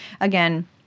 Again